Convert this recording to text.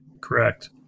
Correct